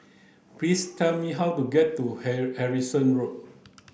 please tell me how to get to Harrison Road